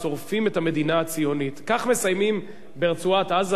כך מסיימים ברצועת-עזה בטקס סיום לימודים?